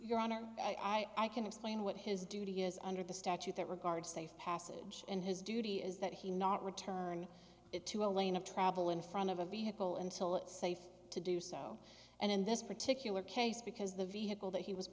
your honor i can explain what his duty is under the statute that regards safe passage and his duty is that he not return it to a lane of travel in front of a vehicle until it's safe to do so and in this particular case because the vehicle that he was